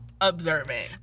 observing